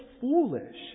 foolish